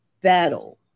battle